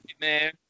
man